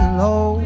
low